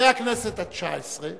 מהכנסת התשע-עשרה